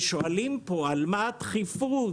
ושואלים פה: על מה הדחיפות?